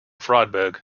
freiburg